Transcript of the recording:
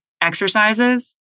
exercises